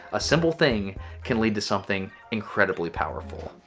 a simple thing can lead to something incredibly powerful.